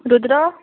Rudra